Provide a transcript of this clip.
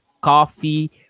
Coffee